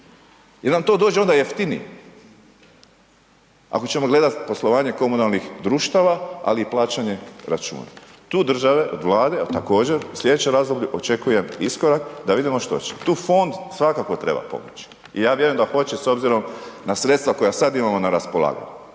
vam to dođe onda jeftinije. Ako ćemo gledati poslovanje komunalnih društava, ali i plaćanje računa. Tu države od Vlade a također slijedeće razdoblje, očekujem iskorak da vidimo što će. Tu fond svakako treba pomoći i ja vjerujem da hoće s obzirom na sredstva koja sad imamo na raspolaganju.